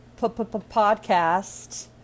podcast